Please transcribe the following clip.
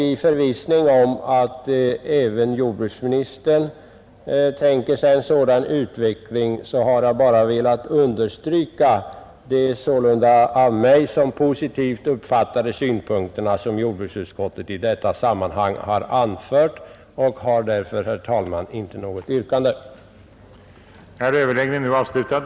I förvissning om att även herr jordbruksministern tänker sig en sådan utveckling har jag bara velat understryka de sålunda av mig som positiva uppfattade synpunkter som jordbruksutskottet i detta sammanhang anfört, och jag har därför inte något yrkande.